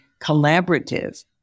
collaborative